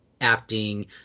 acting